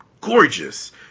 gorgeous